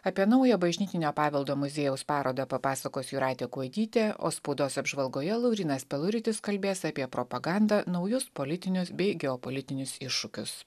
apie naują bažnytinio paveldo muziejaus parodą papasakos jūratė kuodytė o spaudos apžvalgoje laurynas peluritis kalbės apie propagandą naujus politinius bei geopolitinius iššūkius